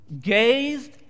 gazed